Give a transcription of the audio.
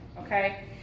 Okay